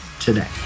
today